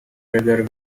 whether